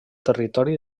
territori